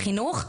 בחינוך,